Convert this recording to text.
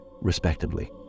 respectively